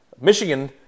Michigan